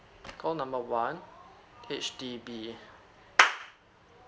call number one H_D_B